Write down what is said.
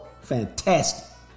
Fantastic